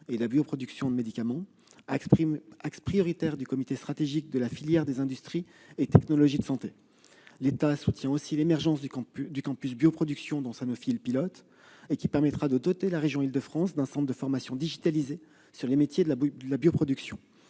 de la bioproduction de médicaments, axe prioritaire du comité stratégique de filière des industries et technologies de santé. L'État soutient aussi l'émergence du campus dédié à la bioproduction dont Sanofi est le pilote. Il permettra de doter la région Île-de-France d'un centre de formation digitalisé sur les métiers de la bioproduction.